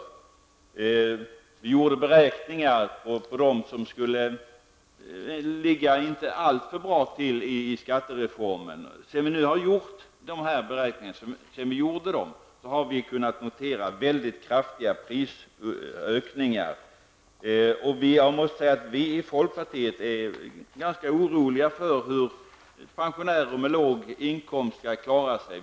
Vi gjorde beräkningar gällande dem som inte skulle ligga alltför bra till i skattereformen. Sedan vi gjorde dessa beräkningar har vi kunnat notera väldigt kraftiga prisökningar. Jag måste säga att vi i folkpartiet är oroliga för hur pensionärer med låg inkomst skall klara sig.